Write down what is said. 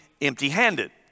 empty-handed